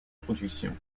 production